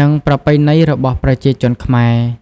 និងប្រពៃណីរបស់ប្រជាជនខ្មែរ។